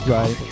Right